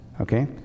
Okay